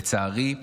לצערי,